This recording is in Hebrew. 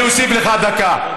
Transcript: אני אוסיף לך דקה.